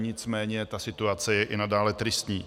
Nicméně ta situace je i nadále tristní.